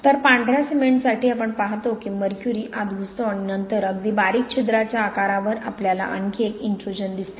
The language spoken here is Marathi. तर पांढर्या सिमेंटसाठी आपण पाहतो की मर्क्युरी आत घुसतो आणि नंतर अगदी बारीक छिद्राच्या आकारावर आपल्याला आणखी एक इन्ट्रुजन दिसते